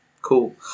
Cool